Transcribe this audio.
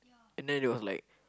and then they was like